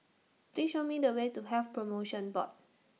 Please Show Me The Way to Health promotion Board